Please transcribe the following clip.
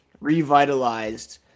revitalized